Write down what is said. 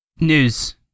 News